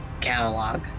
catalog